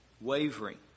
wavering